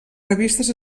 revistes